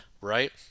right